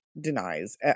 denies